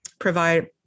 provide